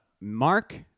Mark